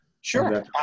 Sure